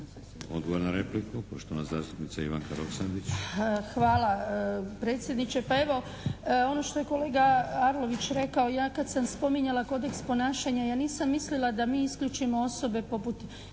Odgovor na repliku. Poštovana zastupnica Ivanka Roksandić. **Roksandić, Ivanka (HDZ)** Hvala predsjedniče. Pa evo ono što je kolega Arlović rekao, ja kada sam spominjala kodeks ponašanja, ja nisam mislila da mi isključimo osobe poput